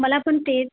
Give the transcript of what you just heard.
मला पण तेच